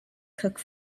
cook